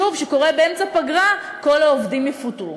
שוב, שקורה באמצע פגרה, כל העובדים יפוטרו.